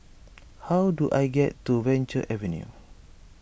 how do I get to Venture Avenue